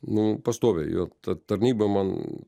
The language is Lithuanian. nu pastoviai jo ta tarnyba man